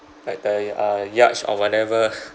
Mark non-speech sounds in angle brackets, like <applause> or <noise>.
like the uh yacht or whatever <laughs>